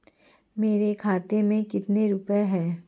मेरे खाते में कितने रुपये हैं?